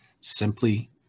simply